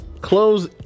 Close